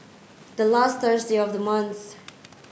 the last of the month